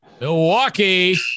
Milwaukee